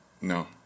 No